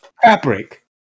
Fabric